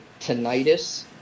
tinnitus